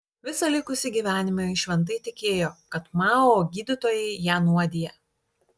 visą likusį gyvenimą ji šventai tikėjo kad mao gydytojai ją nuodija